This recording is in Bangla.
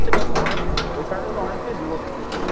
সে আমি অনেকটাই এখান থেকে অনেকটাই দূরত্ব তা